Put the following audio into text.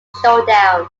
showdown